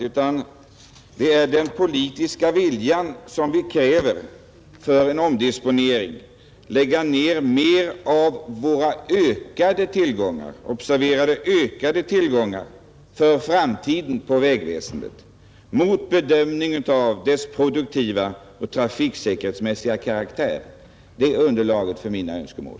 Vi kräver den politiska viljan för en omdisponering, så att man lägger ner mer av våra ökade tillgångar — observera ökade tillgångar — för framtiden på vägväsendet på grundval av dess produktiva och trafiksäkerhetsmässiga karaktär. Det är underlaget för mina önskemål.